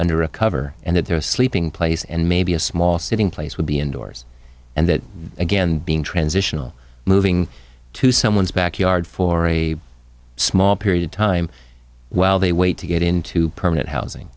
under a cover and that their sleeping place and maybe a small sitting place would be indoors and that again being transitional moving to someone's backyard for a small period of time while they wait to get into permanent housing